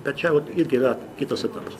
bet čia vuot irgi yra kitas etapas